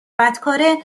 بدکاره